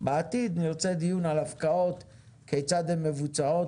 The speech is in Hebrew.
בעתיד נרצה דיון על הפקעות: כיצד הן מבוצעות,